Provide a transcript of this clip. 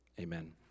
amen